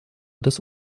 des